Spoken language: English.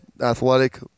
athletic